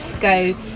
go